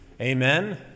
Amen